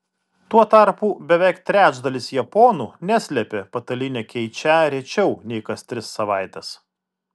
tuo tarpu beveik trečdalis japonų neslėpė patalynę keičią rečiau nei kas tris savaites